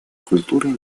культуры